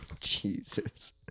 Jesus